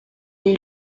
you